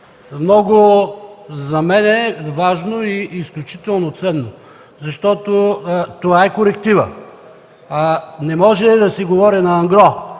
много важно и изключително ценно, защото това е корективът. Не може да се говори на ангро